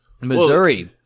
Missouri